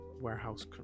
warehouse